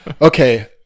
Okay